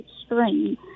extreme